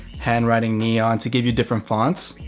hand-writing, neon, to give you different fonts.